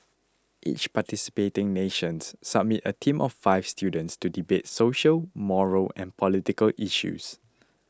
each participating nation submits a team of five students to debate social moral and political issues